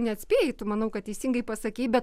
neatspėjai tu manau kad teisingai pasakei bet